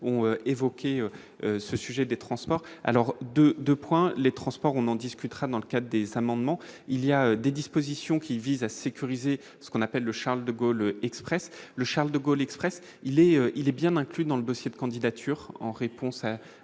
ont évoqué ce sujet des transports, alors, de 2 points, les transports, on en discutera dans le cas des amendements, il y a des dispositions qui visent à sécuriser ce qu'on appelle le Charles-de-Gaulle Express le Charles-de-Gaulle Express il est, il est bien inclus dans le dossier de candidature en réponse à